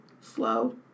Slow